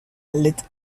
lit